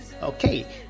Okay